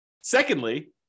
secondly